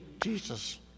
Jesus